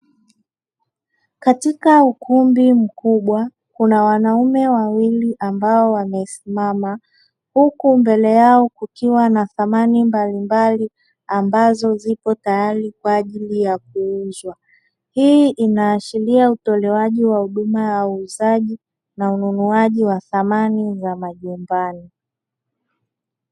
Katika ukumbi mkubwa kuna wanaume wawili, ambao wamesimama huku mbele yao kukiwa na samani mbalimbali, ambazo zipo tayari kwa ajili ya kuuzwa. Hii inaashiria utolewaji wa huduma ya uuzaji na ununuaji wa samani za majumbani.